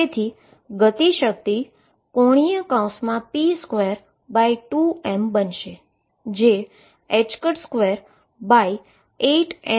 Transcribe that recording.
તેથીકાઈનેટીક energy ⟨p2⟩2m બનશે